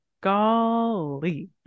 golly